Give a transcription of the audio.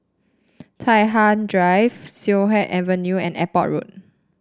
Tai Hwan Drive Siak Kew Avenue and Airport Road